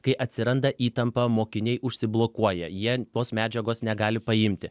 kai atsiranda įtampa mokiniai užsiblokuoja jie tos medžiagos negali paimti